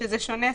שספק זה שונה,